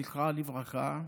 זיכרונה לברכה,